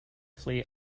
flee